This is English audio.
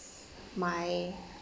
my